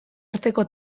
arteko